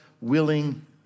willing